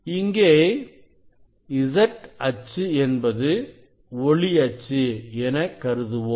இங்கே z அச்சு என்பது ஒளி அச்சு என கருதுவோம்